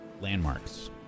landmarks